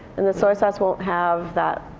and the soy sauce won't have that